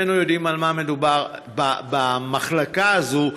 שנינו יודעים על מה מדובר במחלקה הזאת,